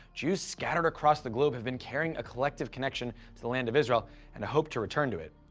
jews scattered across the globe have been carrying a collective connection to the land of israel and hoped to return to it.